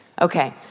Okay